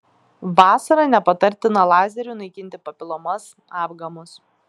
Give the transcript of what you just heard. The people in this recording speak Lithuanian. vasarą nepatartina lazeriu naikinti papilomas apgamus